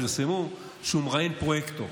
פרסמו שהוא מראיין פרויקטור,